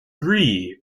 three